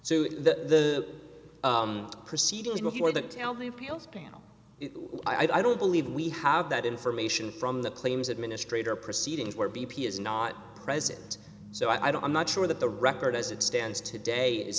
so the proceedings before the tell me appeals panel i don't believe we have that information from the claims administrator proceedings where b p is not present so i don't i'm not sure that the record as it stands today is